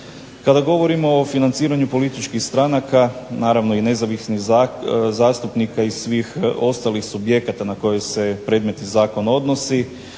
Kada govorimo o financiranju političkih stranaka naravno i nezavisnih zastupnika iz svih ostalih subjekata na koji se predmet i zakon odnosi,